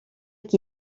qui